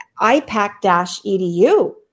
IPAC-EDU